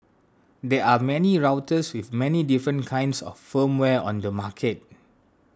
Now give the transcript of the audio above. there are many routers with many different kinds of firmware on the market